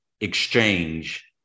exchange